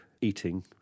eating